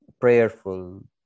prayerful